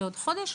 לעוד חודש,